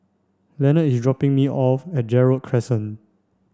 Leonard is dropping me off at Gerald Crescent